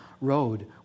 road